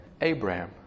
Abraham